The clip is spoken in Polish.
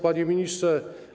Panie Ministrze!